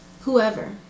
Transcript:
whoever